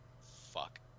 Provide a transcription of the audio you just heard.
Fuck